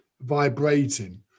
vibrating